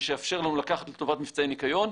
שיאפשר לנו לקחת לטובת מבצעי ניקיון.